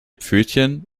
pfötchen